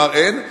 אמר: אין,